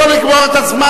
תנו לו לגמור את הזמן.